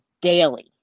daily